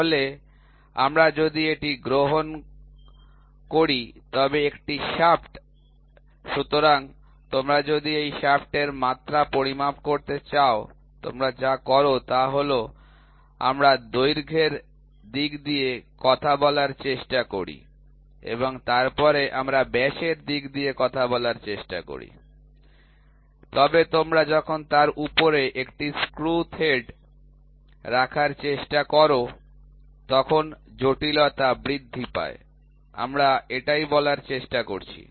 তাহলে তোমরা যদি এটি গ্রহণ কর তবে এটি একটি শ্যাফট সুতরাং তোমরা যদি এই শ্যাফট এর মাত্রা পরিমাপ করতে চাও তোমরা যা কর তা হল আমরা দৈর্ঘ্যের দিক দিয়ে কথা বলার চেষ্টা করি এবং তারপরে আমরা ব্যাসের দিক দিয়ে কথা বলার চেষ্টা করি তবে তোমরা যখন তার উপরে একটি স্ক্রু থ্রেড রাখার চেষ্টা কর তখন জটিলতা বৃদ্ধি পায় আমরা এটাই বলার চেষ্টা করছি